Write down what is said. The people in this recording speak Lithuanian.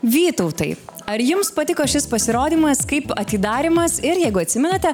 vytautai ar jums patiko šis pasirodymas kaip atidarymas ir jeigu atsimenate